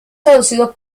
traducido